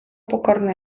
pokorny